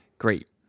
Great